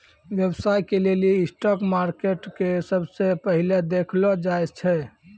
व्यवसाय के लेली स्टाक मार्केट के सबसे पहिलै देखलो जाय छै